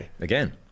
Again